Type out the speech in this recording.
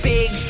Big